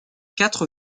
quatre